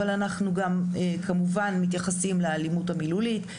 אבל אנחנו גם כמובן מתייחסים לאלימות המילולית,